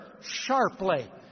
sharply